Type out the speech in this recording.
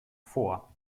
vor